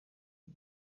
iki